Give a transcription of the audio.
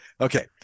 Okay